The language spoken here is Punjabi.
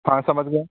ਹਾਂ ਸਮਝ ਗਿਆ